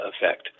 effect